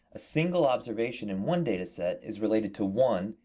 a single observation in one data set is related to one,